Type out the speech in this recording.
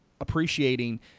appreciating